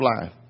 life